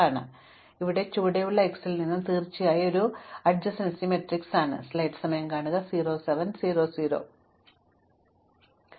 അതിനാൽ ഇപ്പോൾ ചുവടെയുള്ള x ൽ ഒന്ന് തീർച്ചയായും ഈ സമീപ മാട്രിക്സ് ആണ് ശരിയാണ്